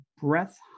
breath